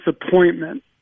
disappointment